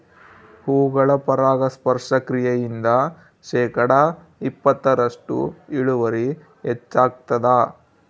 ಹೂಗಳ ಪರಾಗಸ್ಪರ್ಶ ಕ್ರಿಯೆಯಿಂದ ಶೇಕಡಾ ಇಪ್ಪತ್ತರಷ್ಟು ಇಳುವರಿ ಹೆಚ್ಚಾಗ್ತದ